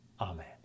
Amen